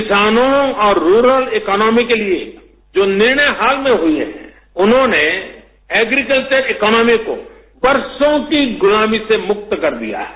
किसानों और rural economy के लिए जो निर्णय हाल में हुए हैं उन्होंने एग्रीकल्वर इक्नामी को बरसों की गुलामी से मुक्त कर दिया है